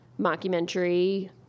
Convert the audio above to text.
mockumentary